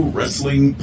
Wrestling